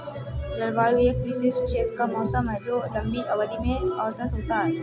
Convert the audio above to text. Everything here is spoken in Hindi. जलवायु एक विशिष्ट क्षेत्र का मौसम है जो लंबी अवधि में औसत होता है